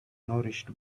nourished